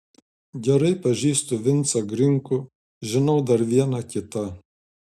gerai pažįstu vincą grinkų žinau dar vieną kitą